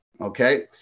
okay